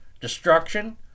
destruction